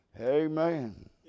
Amen